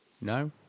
No